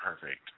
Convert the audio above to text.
perfect